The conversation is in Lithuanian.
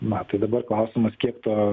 ma tai dabar klausimas kiek to